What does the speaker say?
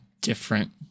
different